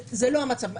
זה לא המצב.